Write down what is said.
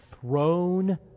throne